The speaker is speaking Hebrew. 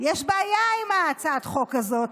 יש הבעיה עם הצעת החוק הזאת,